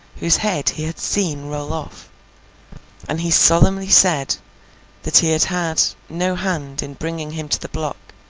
whose head he had seen roll off and he solemnly said that he had had no hand in bringing him to the block,